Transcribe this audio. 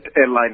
airline